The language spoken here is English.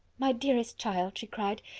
my dearest child, she cried,